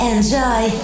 Enjoy